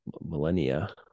millennia